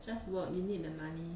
just work you need the money